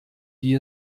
die